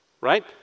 right